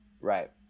Right